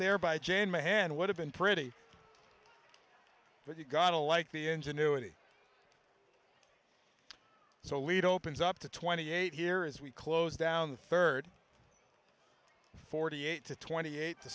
there by jan my hand would have been pretty but you gotta like the ingenuity so lead opens up to twenty eight here is we close down the third forty eight to twenty eight to